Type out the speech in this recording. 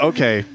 Okay